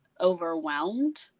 overwhelmed